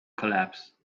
collapse